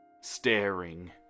Staring